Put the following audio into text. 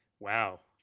wow,